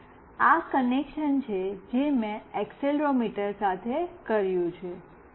અને આ કનેક્શન છે જે મેં આ એક્સેલરોમીટર સાથે કર્યું છે